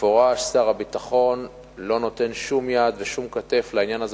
במפורש שר הביטחון לא נותן שום יד ושום כתף לעניין הזה,